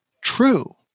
true